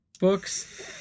books